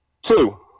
Two